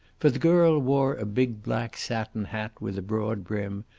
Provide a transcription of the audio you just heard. for the girl wore a big black satin hat with a broad brim,